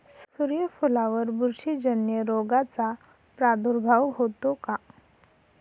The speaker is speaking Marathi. सूर्यफुलावर बुरशीजन्य रोगाचा प्रादुर्भाव होतो का?